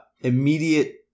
immediate